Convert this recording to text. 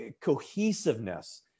cohesiveness